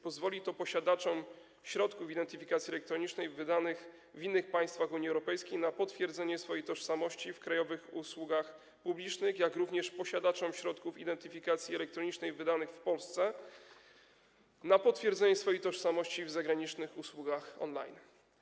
Pozwoli to posiadaczom środków identyfikacji elektronicznej wydanych w innych państwach Unii Europejskiej na potwierdzenie swojej tożsamości w krajowych usługach publicznych, jak również posiadaczom środków identyfikacji elektronicznej wydanych w Polsce na potwierdzenie swojej tożsamości w zagranicznych usługach on-line.